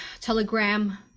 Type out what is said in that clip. Telegram